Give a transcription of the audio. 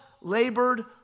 labored